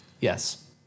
Yes